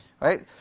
Right